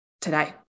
today